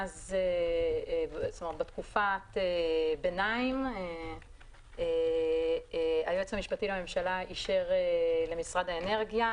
בתקופה הביניים היועץ המשפטי לממשלה אישר למשרד האנרגיה